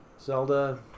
Zelda